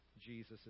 Jesus